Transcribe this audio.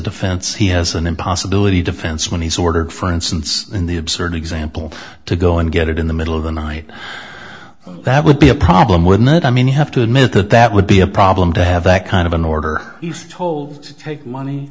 defense he has an impossibility defense when he's ordered for instance in the absurd example to go and get it in the middle of the night that would be a problem with it i mean you have to admit that that would be a problem to have that kind of an order youth told to take money